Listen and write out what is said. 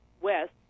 west